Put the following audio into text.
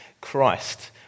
Christ